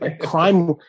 crime